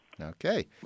Okay